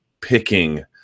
picking